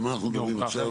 על מה אנחנו מדברים עכשיו?